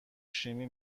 شیمی